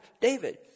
David